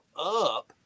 up